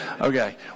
Okay